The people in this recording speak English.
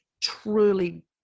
truly